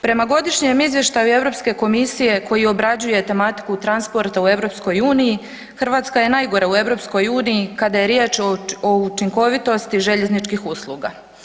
Prema godišnjem izvještaju Europske komisije koji obrađuje tematiku transporta u EU, Hrvatska je najgora u EU kada je riječ o učinkovitosti željezničkih usluga.